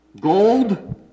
Gold